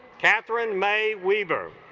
katherine may weber